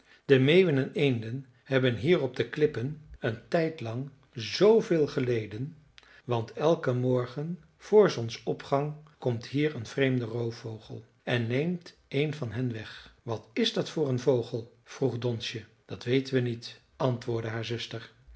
de meeuwen en eenden hebben hier op de klippen een tijd lang zooveel geleden want elken morgen voor zonsopgang komt hier een vreemde roofvogel en neemt een van hen weg wat is dat voor een vogel vroeg donsje dat weten we niet antwoordde haar zuster